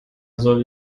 soll